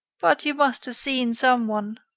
but you must have seen some one?